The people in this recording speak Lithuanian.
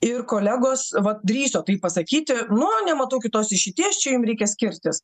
ir kolegos vat drįso taip pasakyti nu nematau kitos išeities čia jum reikia skirtis